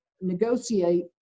negotiate